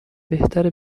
بهتره